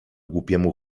głupiemu